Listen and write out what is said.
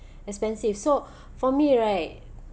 expensive so for me right